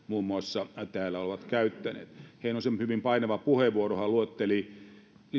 muun muassa täällä ovat käyttäneet heinosen hyvin painava puheenvuorohan luetteli